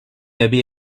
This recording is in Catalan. havia